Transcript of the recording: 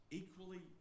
equally